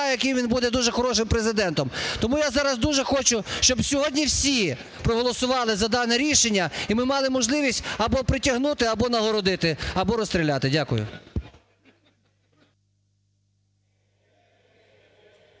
яким він буде дуже хорошим президентом. Тому я зараз дуже хочу, щоб сьогодні всі проголосували за дане рішення, і ми мали можливість або притягнути, або нагородити, або розстріляти. Дякую.